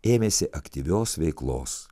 ėmėsi aktyvios veiklos